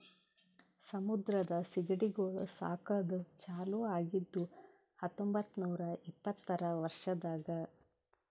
ಸಮುದ್ರದ ಸೀಗಡಿಗೊಳ್ ಸಾಕದ್ ಚಾಲೂ ಆಗಿದ್ದು ಹತೊಂಬತ್ತ ನೂರಾ ಇಪ್ಪತ್ತರ ವರ್ಷದಾಗ್